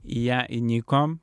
ją įnikom